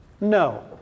No